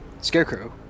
Scarecrow